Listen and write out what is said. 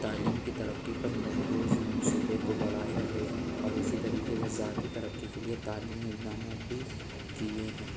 تعلیم کی ترقی پر مرکوز منصوبے کو بڑھایا ہے اور اسی طریقے سے ذاتی ترقی کے لیے تعلیمی اقدامات بھی کیے ہیں